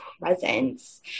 presence